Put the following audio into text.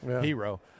hero